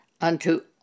unto